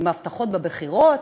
עם ההבטחות בבחירות.